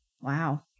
Wow